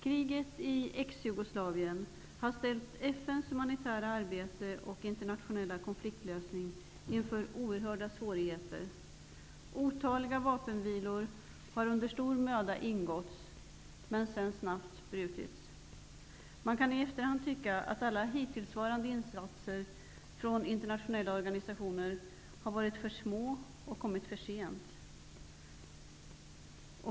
Kriget i det tidigare Jugoslavien har ställt FN:s humanitära arbete och internationella konfliktlösning inför oerhörda svårigheter. Otaliga vapenvilor har under stor möda ingåtts och sedan snabbt brutits. Man kan i efterhand tycka att alla hittillsvarande insatser från internationella organisationer har varit för små och kommit för sent.